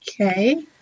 okay